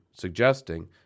suggesting